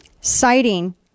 citing